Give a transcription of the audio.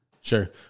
Sure